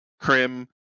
Krim